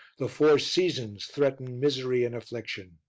the four seasons threaten misery and affliction.